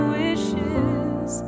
wishes